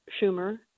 Schumer